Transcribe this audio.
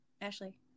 Ashley